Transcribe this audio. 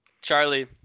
Charlie